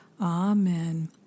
Amen